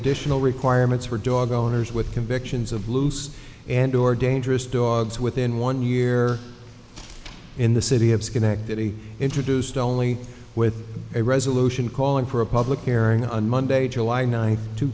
additional requirements for dog owners with convictions of loose and or dangerous dogs within one year in the city of schenectady introduced only with a resolution calling for a public hearing on monday july ninth two